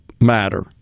matter